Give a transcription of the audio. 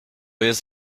jest